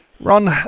Ron